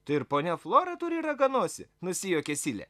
tai ir ponia flora turi raganosį nusijuokė silė